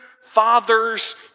fathers